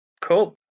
cool